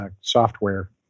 software